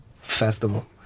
festival